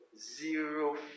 zero